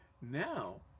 Now